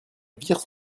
virent